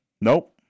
Nope